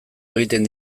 egiten